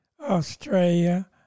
Australia